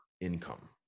income